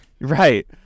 right